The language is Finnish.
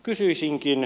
kysyisinkin